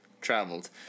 traveled